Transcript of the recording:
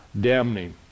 damning